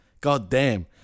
goddamn